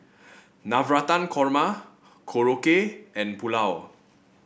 Navratan Korma Korokke and Pulao